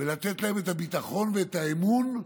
ולתת להם את הביטחון ואת האמון,